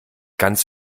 ganz